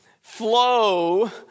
flow